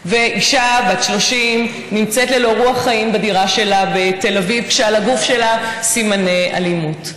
אישה בת 30 נמצאת ללא רוח חיים בדירתה בתל אביב כשעל גופה סימני אלימות.